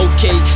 Okay